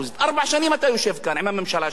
ארבע שנים אתה יושב כאן עם הממשלה שלך.